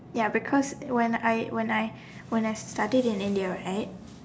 ya because when I when I when I studied in India right